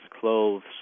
clothes